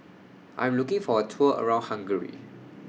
I'm looking For A Tour around Hungary